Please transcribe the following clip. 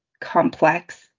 complex